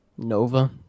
Nova